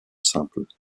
simples